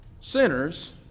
sinners